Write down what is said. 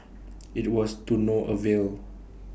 IT was to no avail